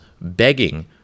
begging